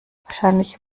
wahrscheinlich